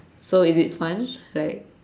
so is it fun like